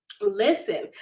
Listen